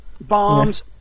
bombs